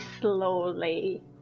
slowly